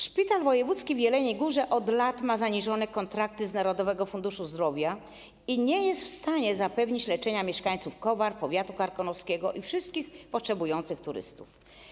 Szpital wojewódzki w Jeleniej Górze od lat ma zaniżone kontrakty z Narodowym Funduszem Zdrowia i nie jest w stanie zapewnić leczenia mieszkańców Kowar, powiatu karkonoskiego i wszystkich potrzebujących turystów.